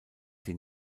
sie